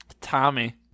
Tommy